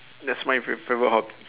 that's my favorite favorite hobby